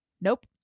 Nope